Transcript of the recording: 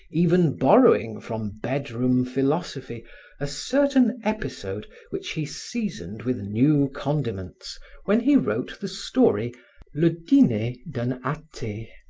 even borrowing from bedroom philosophy a certain episode which he seasoned with new condiments when he wrote the story le diner d'un athee.